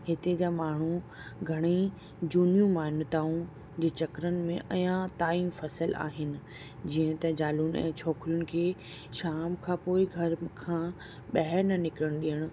हिते जा माण्हू घणेई झूनियूं मान्यताऊं जे चकरनि में अञा ताईं फसियल आहिनि जीअं त ज़ालुनि ऐं छोकोरियुनि खे शाम खां पोइ घर खां ॿाहिरि न निकिरण ॾियण